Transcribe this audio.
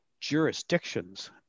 jurisdictions